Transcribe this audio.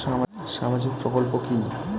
সামাজিক প্রকল্প কি?